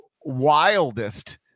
wildest